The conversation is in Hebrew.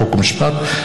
חוק ומשפט,